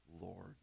Lord